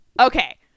Okay